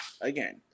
again